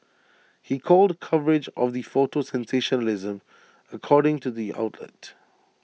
he called coverage of the photo sensationalism according to the outlet